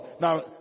Now